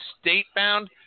state-bound